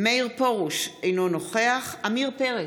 מאיר פרוש, אינו נוכח עמיר פרץ,